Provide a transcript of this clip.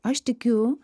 aš tikiu